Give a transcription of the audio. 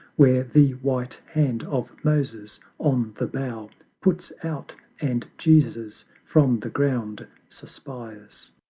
where the white hand of moses on the bough puts out, and jesus from the ground suspires.